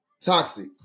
Toxic